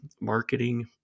marketing